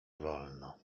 wolno